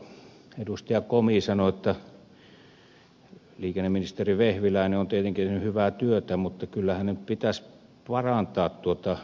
komi sanoi että liikenneministeri vehviläinen on tietenkin tehnyt hyvää työtä mutta kyllä hänen pitäisi parantaa tuota juoksuaan